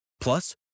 Plus